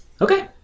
Okay